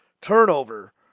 turnover